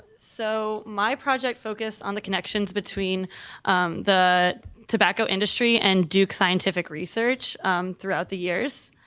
so my project focus on the connections between the tobacco industry and duke scientific research throughout the years.